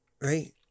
Right